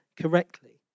correctly